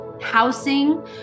housing